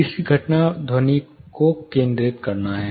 तीसरी घटना ध्वनि को केंद्रित करना है